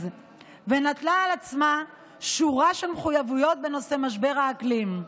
ונטלה על עצמה שורה של מחויבויות בנושא משבר האקלים.